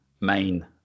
main